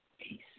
Peace